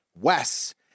Wes